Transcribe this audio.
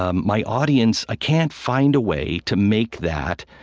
ah my audience i can't find a way to make that